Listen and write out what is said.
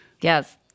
Yes